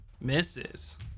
Misses